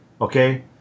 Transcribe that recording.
okay